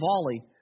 volley